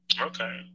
Okay